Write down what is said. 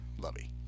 Lovey